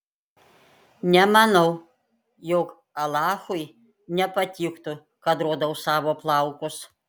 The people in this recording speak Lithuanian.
nemanau jog alachui nepatiktų kad rodau savo plaukus